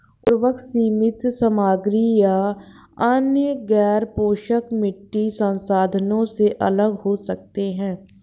उर्वरक सीमित सामग्री या अन्य गैरपोषक मिट्टी संशोधनों से अलग हो सकते हैं